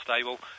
stable